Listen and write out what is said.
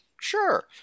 Sure